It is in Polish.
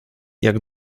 jak